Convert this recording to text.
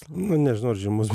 nu nežinau ar žymus